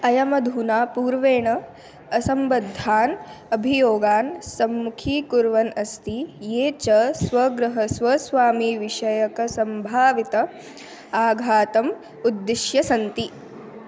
अयम् अधुना पूर्वेण असम्बद्धान् अभियोगान् सम्मुखीकुर्वन् अस्ति ये च स्वगृहस्वामिविषयकसम्भावित आघातम् उद्दिश्य सन्ति